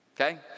Okay